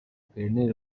guverineri